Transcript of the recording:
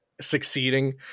succeeding